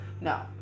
No